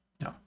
No